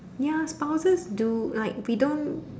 ya spouses do like we don't